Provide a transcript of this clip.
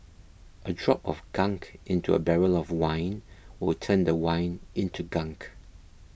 a drop of gunk into a barrel of wine will turn the wine into gunk